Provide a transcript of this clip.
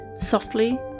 Softly